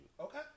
Okay